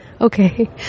Okay